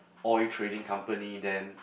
oil trading company then